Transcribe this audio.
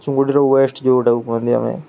ଚୁଙ୍ଗୁଡ଼ିର waste ଯୋଉଟା କୁହନ୍ତି ଆମେ